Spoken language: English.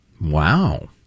Wow